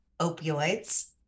opioids